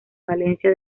valencia